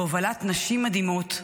בהובלת נשים מדהימות,